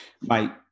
Mike